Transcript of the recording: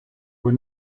were